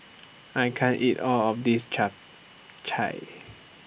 I can't eat All of This Chap Chai